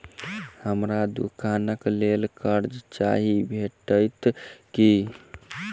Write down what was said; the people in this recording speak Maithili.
हमरा दुकानक लेल कर्जा चाहि भेटइत की?